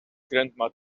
grandma